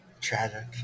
Tragic